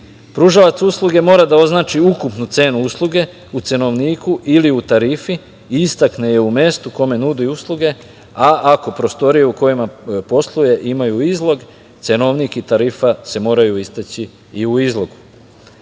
Pružalac usluge mora da označi ukupnu cenu usluge u cenovniku ili u tarifi i istakne je u mestu kome nudi usluge, a ako prostorije u kojima posluje imaju izlog, cenovnik i tarifa se moraju istaći i u izlogu.Za